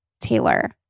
Taylor